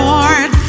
Lord